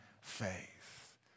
faith